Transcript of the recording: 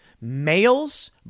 Males